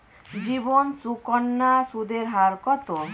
জীবন সুকন্যা সুদের হার কত?